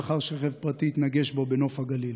לאחר שרכב פרטי התנגש בו בנוף הגליל.